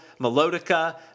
melodica